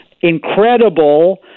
incredible